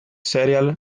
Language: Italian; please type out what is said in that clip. serial